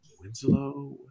Winslow